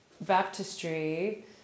baptistry